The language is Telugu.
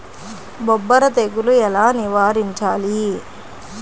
బొబ్బర తెగులు ఎలా నివారించాలి?